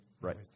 Right